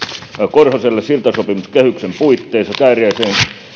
korhoselle siltasopimuskehyksen puitteissa kääriäisen